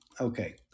Okay